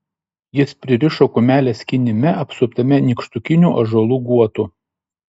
jis pririšo kumelę skynime apsuptame nykštukinių ąžuolų guotų